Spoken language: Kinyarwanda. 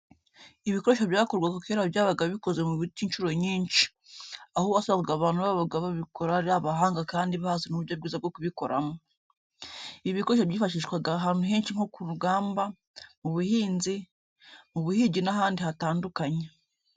Ibikoresho byakorwaga kera byabaga bikoze mu biti incuro nyinshi, aho wasangaga abantu babaga babikora ari abahanga kandi bazi n'uburyo bwiza bwo kubikoramo. Ibi bikoresho byifashishwaga ahantu henshi nko ku rugamba, mu buhinzi, mu buhigi n'ahandi hatandukanye.